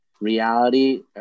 reality